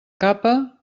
capa